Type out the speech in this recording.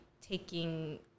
taking